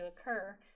occur